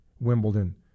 Wimbledon